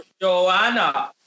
Joanna